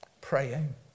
praying